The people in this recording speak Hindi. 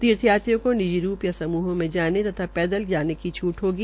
तीर्थ्यात्रियों को निजी रूप या स्मूह मे जाने तथा पैदल भी जाने की छूट होगी